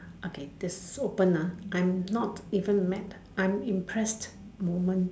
okay this so open ah I'm not even mad I'm impressed moment